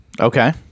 okay